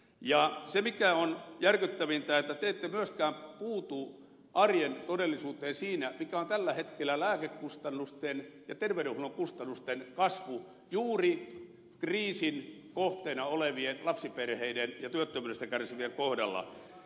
ja se mikä on järkyttävintä te ette myöskään puutu arjen todellisuuteen siinä mikä on tällä hetkellä lääkekustannusten ja terveydenhuollon kustannusten kasvu juuri kriisin kohteena olevien lapsiperheiden ja työttömyydestä kärsivien kohdalla